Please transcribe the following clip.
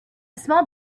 small